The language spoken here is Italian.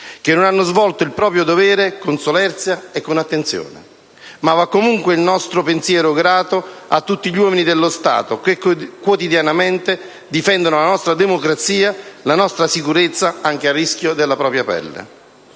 che non hanno svolto il proprio dovere con solerzia e con attenzione. Ma va comunque il nostro pensiero grato a tutti gli uomini dello Stato, che quotidianamente difendono la nostra democrazia e la nostra sicurezza anche a rischio della propria pelle.